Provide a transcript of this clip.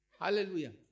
Hallelujah